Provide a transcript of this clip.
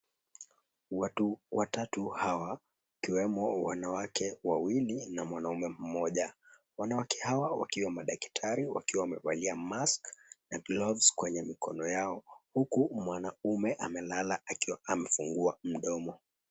Watu watatu hawa, wakiwemo wanawake wawili na mwanaume mmoja. Wanawake hawa wakiwa madaktari wakiwa wamevalia mask na gloves kwenye mikono yao huku mwanaume amelala akiwa amefungua mdomo.